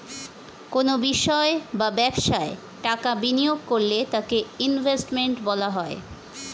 কোনো বিষয় বা ব্যবসায় টাকা বিনিয়োগ করলে তাকে ইনভেস্টমেন্ট বলা হয়